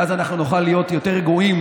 ואז אנחנו נוכל להיות יותר רגועים